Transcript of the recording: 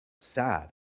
sad